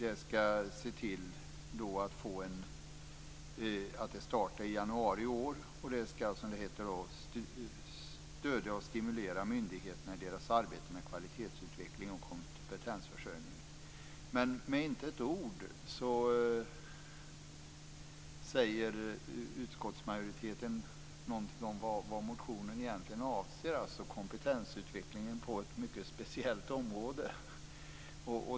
Rådet startade i januari i år och ska alltså, som det heter, stödja och stimulera myndigheterna i deras arbete med kvalitetsutveckling och kompetensförsörjning. Inte med ett ord säger utskottsmajoriteten någonting om vad motionen egentligen avser, nämligen kompetensutvecklingen på ett mycket speciellt område.